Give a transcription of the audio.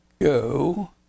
go